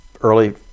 early